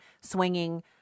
swinging